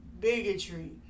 bigotry